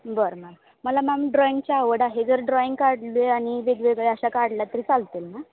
बरं मॅम मला मॅम ड्रॉईंगची आवड आहे जर ड्रॉईंग काढली आणि वेगवेगळ्या अशा काढल्या तरी चालतील ना